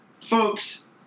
folks